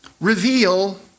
reveal